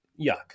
Yuck